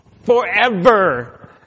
forever